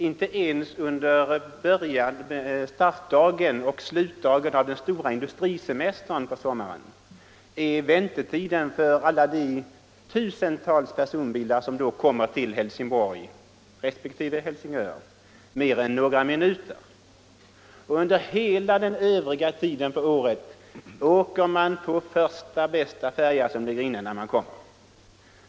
Inte ens under startdagen och slutdagen av den stora industrisemestern på sommaren är väntetiden för alla de tusentals personbilar som då kommer till Helsingborg resp. Helsingör mer än några minuter. Under hela den övriga tiden av året åker man med första bästa färja som ligger inne när man kommer.